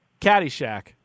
Caddyshack